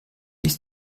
ist